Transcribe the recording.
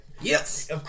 Yes